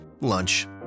lunch